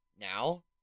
now